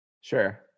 Sure